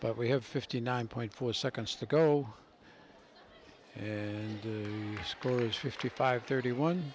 but we have fifty nine point four seconds to go and the score is fifty five thirty one